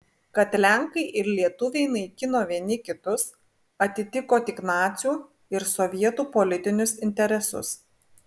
kad lenkai ir lietuviai naikino vieni kitus atitiko tik nacių ir sovietų politinius interesus